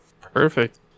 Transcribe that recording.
Perfect